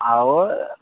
ଆଉ